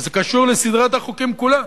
וזה קשור לסדרת החוקים כולה,